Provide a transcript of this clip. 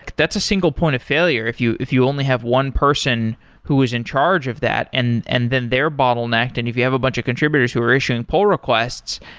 that's a single point of failure. if you if you only have one person who was in charge of that and and then they're bottlenecked, and if you have a bunch of contributors who are issuing poll requests,